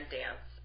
dance